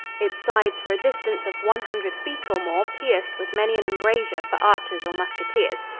its sides for a distance of one hundred feet or more pierced with many an embrasure for archers or musketeers.